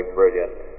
brilliant